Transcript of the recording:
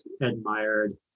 admired